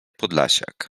podlasiak